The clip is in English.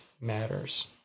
matters